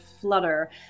flutter